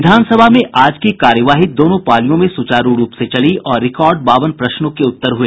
विधानसभा में आज की कार्यवाही दोनों पालियों में सुचारू रूप से चली और रिकार्ड बावन प्रश्नों के उत्तर हुए